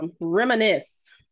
Reminisce